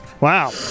Wow